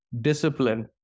discipline